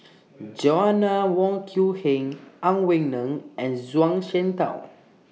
Joanna Wong Quee Heng Ang Wei Neng and Zhuang Shengtao